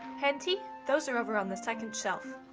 henty? those are over on the second shelf.